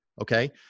Okay